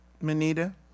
Manita